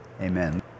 amen